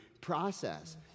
process